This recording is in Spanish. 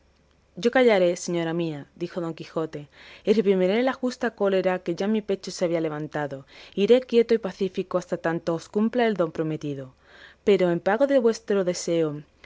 yo callaré señora mía dijo don quijote y reprimiré la justa cólera que ya en mi pecho se había levantado y iré quieto y pacífico hasta tanto que os cumpla el don prometido pero en pago deste buen deseo